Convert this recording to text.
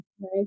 right